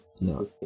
No